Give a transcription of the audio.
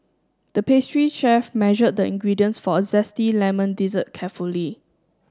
the pastry chef measured the ingredients for a zesty lemon dessert carefully